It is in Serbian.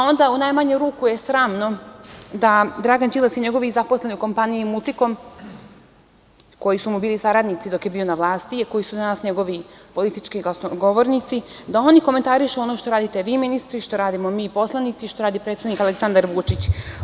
Onda, u najmanju ruku je sramno da Dragan Đilas i njegovi zaposleni u kompaniji „Multikom“, koji su mu bili saradnici dok je bio na vlasti, koji su danas njegovi politički glasnogovornici, da oni komentarišu ono što radite vi, ministri, što radimo mi, poslanici, što radi predsednik Aleksandar Vučić.